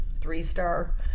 three-star